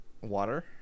Water